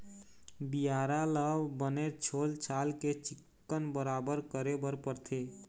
बियारा ल बने छोल छाल के चिक्कन बराबर करे बर परथे